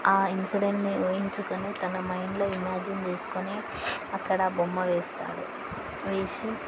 ఆ ఇన్సిడెంట్ని ఊహించుకొని తన మైండ్లో ఇమాజిన్ చేసుకుని అక్కడ బొమ్మ వేస్తాడు వేసి